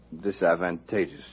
disadvantageous